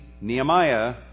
Nehemiah